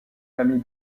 famille